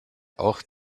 auch